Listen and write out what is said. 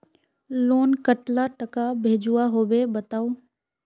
Loan कतला टाका भेजुआ होबे बताउ?